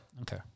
Okay